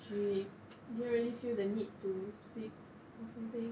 she didn't really feel the need to speak or something